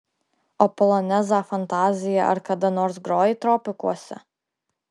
o polonezą fantaziją ar kada nors grojai tropikuose